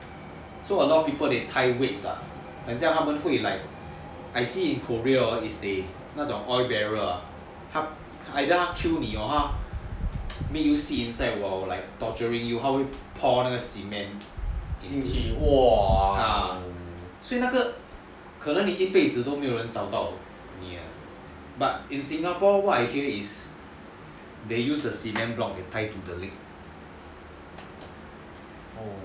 so a lot of people they tie weights ah I see in Korea hor 那种 oil barrels 他要 kill 你的话他会 pour 那个 cement !wah! 所以那个可能你一辈子都没有人找到你 ah but in singapore what I hear is they use the cement to block the high tides